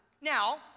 Now